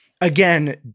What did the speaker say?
again